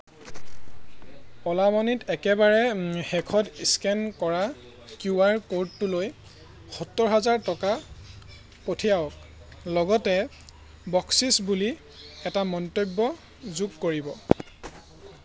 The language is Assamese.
অ'লা মানিত একেবাৰে শেষত স্কেন কৰা কিউ আৰ ক'ডটোলৈ সত্তৰ হাজাৰ টকা পঠিয়াওক লগতে বকচিচ বুলি এটা মন্তব্য যোগ কৰিব